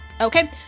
Okay